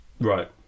Right